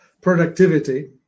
productivity